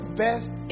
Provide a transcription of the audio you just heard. best